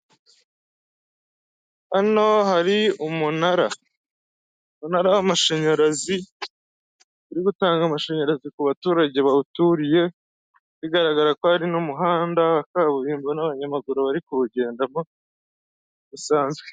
Hano hari umunara, umunara w'amashanyarazi uri gutanga amashanyarazi ku baturage bawuturiye bigaragara ko hari n'umuhanda wa kaburimbo n'abanyamaguru bari kuwugendamo bisanzwe.